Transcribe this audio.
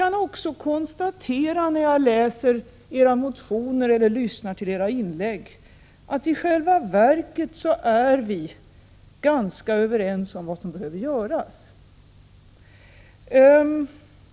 När jag läser era motioner eller lyssnar till era inlägg kan jag också konstatera att vi i själva verket är ganska överens om vad som behöver göras.